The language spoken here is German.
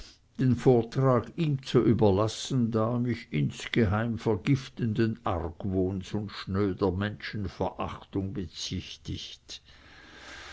den vortrag ihm zu überlassen da er mich insgeheim vergiftenden argwohns und schnöder menschenverachtung bezichtigt